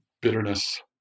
Bitterness